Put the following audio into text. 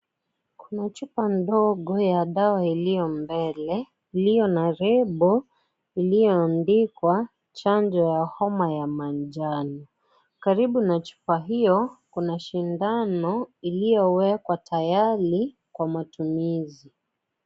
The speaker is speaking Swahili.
Kuna chupa ndogo ya dawa iliyo mbele, iliyo na (CS)label(CS) iliyoandikwa chanjo ya homa ya manjano. Karibu na chupa hiyo kuna sindano iliyowekwa tayari kwa matumizi.